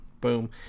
boom